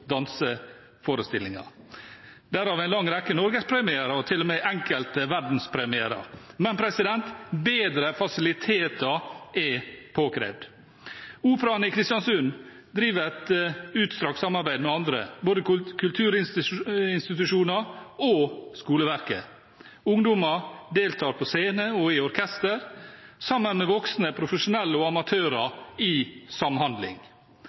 danseforestillinger, derav en lang rekke norgespremier og til og med enkelte verdenspremier. Men bedre fasiliteter er påkrevd. Operaen i Kristiansund driver et utstrakt samarbeid med andre, både kulturinstitusjoner og skoleverket. Ungdommer deltar på scene og i orkester sammen med voksne profesjonelle og amatører i samhandling.